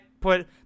put